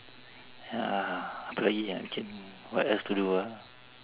ya 可以啊 can what else to do ah